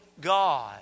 God